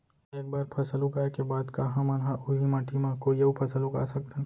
एक बार फसल उगाए के बाद का हमन ह, उही माटी मा कोई अऊ फसल उगा सकथन?